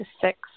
six